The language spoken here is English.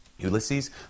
Ulysses